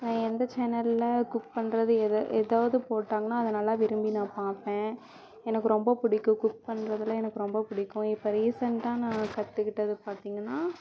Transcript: எந்த சேனலில் குக் பண்ணுறது எது ஏதாவது போட்டாங்கன்னால் அதை நல்லா விரும்பி நான் பார்ப்பேன் எனக்கு ரொம்ப பிடிக்கும் குக் பண்ணுறதுலாம் எனக்கு ரொம்ப பிடிக்கும் இப்போ ரீசண்டாக நான் கற்றுக்கிட்டது பார்த்திங்கன்னா